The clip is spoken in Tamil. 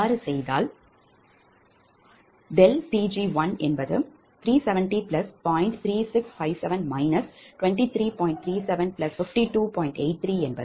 அவ்வாறு செய்தால் ∆Pg113700